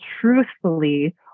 truthfully